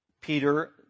Peter